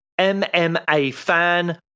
MMAFAN